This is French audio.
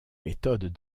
méthodes